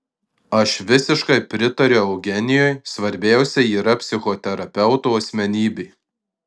aš visiškai pritariu eugenijui svarbiausia yra psichoterapeuto asmenybė